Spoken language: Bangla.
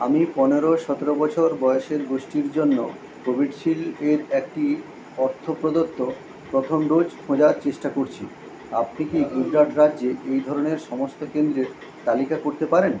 আমি পনেরো সতেরো বছর বয়েসের গোষ্ঠীর জন্য কোভিশিল্ড এর একটি অর্থ প্রদত্ত প্রথম ডোজ খোঁজার চেষ্টা করছি আপনি কি গুজরাট রাজ্যে এই ধরনের সমস্ত কেন্দ্রের তালিকা করতে পারেন